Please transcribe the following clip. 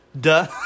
Duh